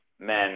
men